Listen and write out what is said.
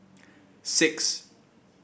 six